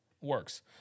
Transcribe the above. works